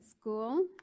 school